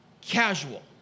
Casual